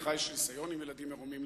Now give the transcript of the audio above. לך יש ניסיון עם ילדים עירומים,